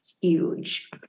huge